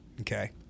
okay